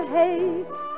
hate